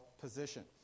position